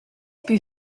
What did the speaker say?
plü